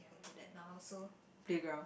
I do that now also